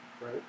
Right